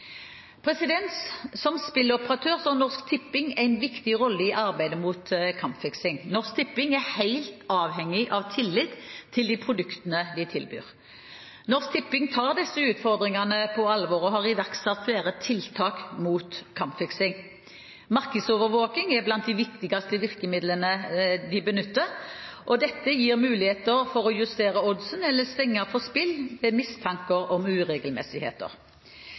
Som spilloperatør har Norsk Tipping en viktig rolle i arbeidet mot kampfiksing. Norsk Tipping er helt avhengig av tillit til de produktene de tilbyr. Norsk Tipping tar disse utfordringene på alvor og har iverksatt flere tiltak mot kampfiksing. Markedsovervåking er blant de viktigste virkemidlene de benytter, og dette gir muligheter for å justere oddsen eller stenge for spill ved mistanker om uregelmessigheter.